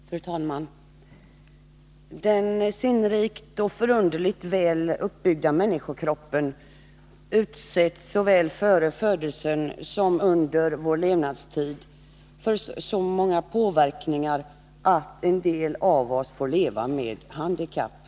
Fru talman! Den sinnrikt och förunderligt väl uppbyggda människokroppen utsätts såväl före födelsen som under människans levnadstid för så många påverkningar att en del av oss får leva med handikapp.